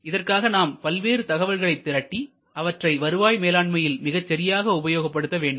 இதற்காக நாம் பல்வேறு தகவல்களைத் திரட்டி அவற்றை வருவாய் மேலாண்மையில் மிகச்சரியாக உபயோகப்படுத்த வேண்டும்